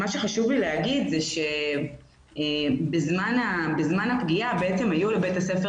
מה שחשוב לי להגיד הוא שבזמן הפגיעה היו לבית הספר